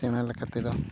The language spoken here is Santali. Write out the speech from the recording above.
ᱥᱮᱲᱟ ᱞᱮᱠᱟ ᱛᱮᱫᱚ